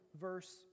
verse